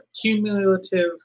cumulative